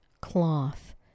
cloth